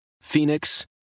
Phoenix